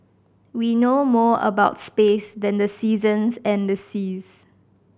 we know more about space than the seasons and the seas